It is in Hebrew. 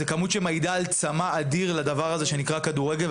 זו כמות שמעידה על צמא אדיר לדבר הזה שנקרא כדורגל,